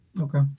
Okay